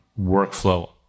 workflow